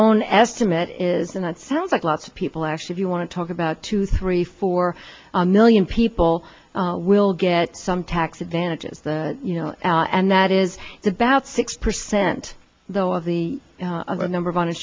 own estimate is and that sounds like lots of people actually if you want to talk about two three four million people will get some tax advantages that you know and that is the bat six percent though of the number of